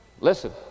Listen